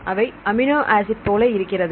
அவை amino acid போல இருக்கிறது